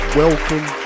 welcome